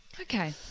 Okay